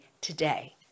today